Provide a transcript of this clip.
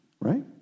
right